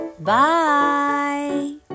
bye